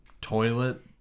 toilet